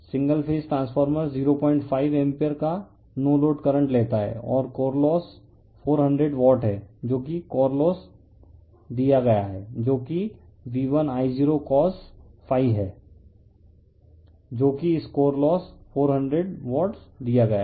single phase transformer 05 ampere का no load current लेता है और कोर लोस 400 वॉट है जो कि कोर लोस दिया गया है जो कि V1I0cos0 है जो कि इस कोर लोस 400 वॉट्स दिया गया है